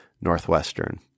Northwestern